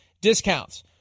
discounts